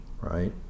Right